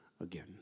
again